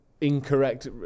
incorrect